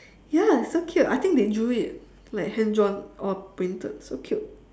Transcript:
ya so cute I think they drew it like hand drawn or printed so cute